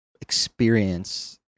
experience